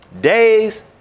Days